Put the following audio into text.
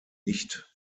nicht